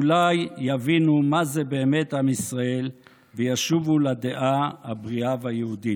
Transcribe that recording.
אולי יבינו באמת מה זה עם ישראל וישובו לדעה הבריאה והיהודית.